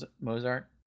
Mozart